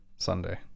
Sunday